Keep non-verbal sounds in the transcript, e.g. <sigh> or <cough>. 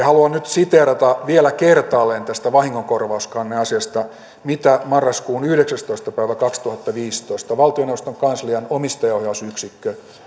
<unintelligible> haluan nyt siteerata vielä kertaalleen tästä vahingonkorvauskanneasiasta mitä marraskuun yhdeksästoista päivä kaksituhattaviisitoista valtioneuvoston kanslian omistajaohjausyksikkö